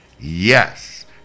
Yes